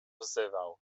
wzywał